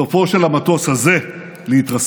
סופו של המטוס הזה להתרסק.